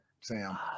Sam